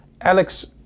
Alex